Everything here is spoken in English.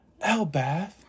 Elbath